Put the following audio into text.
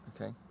okay